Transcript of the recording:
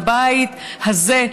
בבית הזה,